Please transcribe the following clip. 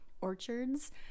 orchards